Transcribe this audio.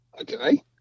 Okay